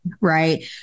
right